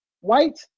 white